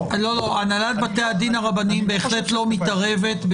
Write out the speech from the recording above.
הנהלת בתי הדין הרבניים בהחלט לא מתערבת,